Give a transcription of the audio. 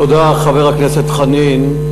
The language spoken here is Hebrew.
תודה, חבר הכנסת חנין.